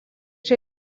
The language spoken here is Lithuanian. čia